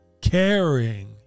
caring